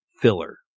filler